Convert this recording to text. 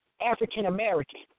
African-American